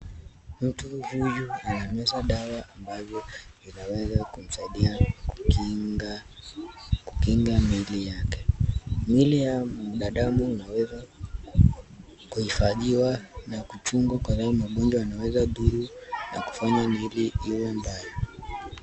Mtu huyu anameza dawa ambavyo vinaweza kumsaidia kukinga mwili yake. Mwili ya binadamu inaweza kuhifadhiwa na kuchungwa kwa hayo magonjwa yanaweza kuathiri na kufanya mwili iwe mbaya.